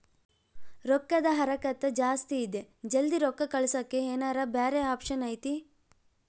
ರೊಕ್ಕದ ಹರಕತ್ತ ಜಾಸ್ತಿ ಇದೆ ಜಲ್ದಿ ರೊಕ್ಕ ಕಳಸಕ್ಕೆ ಏನಾರ ಬ್ಯಾರೆ ಆಪ್ಷನ್ ಐತಿ?